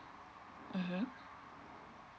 mmhmm